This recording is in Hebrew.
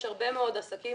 יש הרבה מאוד עסקים